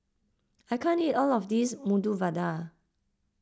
I can't eat all of this Medu Vada